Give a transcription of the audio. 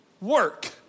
work